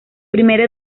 primera